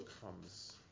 comes